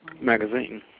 magazine